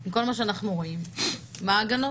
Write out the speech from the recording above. עם כל מה שאנחנו רואים, מה ההגנות?